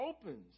opens